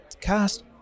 cast